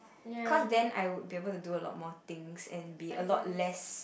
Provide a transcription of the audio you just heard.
cause then I would be able to do a lot more things and be a lot less